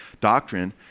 doctrine